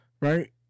right